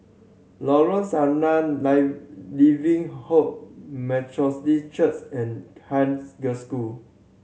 Lorong Sarina Living Hope Methodist Church and Haig Girls' School